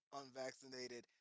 unvaccinated